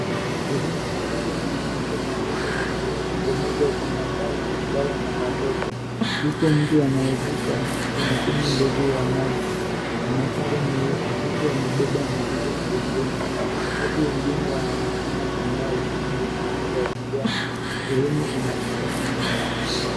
Sehemu karibu na majengo madogo yaliyotengenezwa kwa mabati, mbao na matope. Yupo mtu anayevuka chemchemi ndogo ya maji. Ana sare nyeusi huku amebeba mzigo mgongoni. Watu wengine wanaonekana kwa mbali, bustani za kijani. Sehemu ina uchafu mwingi.